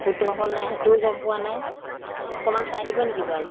শুদ্ধ হ'ল নাই সেইটোও গম পোৱা নাই অকণমান চাই দিব নেকি বাৰু